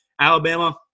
Alabama